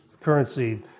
currency